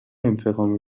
انتقام